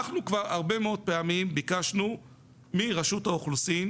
אנחנו כבר הרבה מאוד פעמים ביקשנו מרשות האוכלוסין,